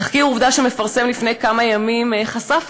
תחקיר "עובדה" שפורסם לפני כמה ימים חשף,